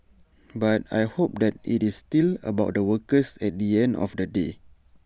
but I hope that IT is still about the workers at the end of the day